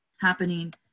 happening